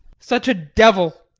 such a devil.